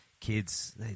kids